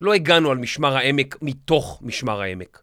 לא הגענו על משמר העמק מתוך משמר העמק.